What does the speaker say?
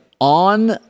on